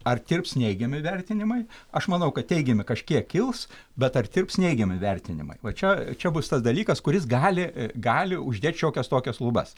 ar tirps neigiami vertinimai aš manau kad teigiami kažkiek kils bet ar tirps neigiami vertinimai va čia čia bus tas dalykas kuris gali gali uždėti šiokias tokias lubas